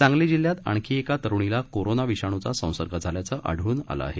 सांगली जिल्ह्यात आणखी एका तरुणीला कोरोना विषाणूचा संसर्ग झाल्याचं आढळून आलं आहे